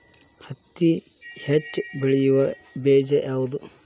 ಹತ್ತಿ ಹೆಚ್ಚ ಬೆಳೆಯುವ ಬೇಜ ಯಾವುದು?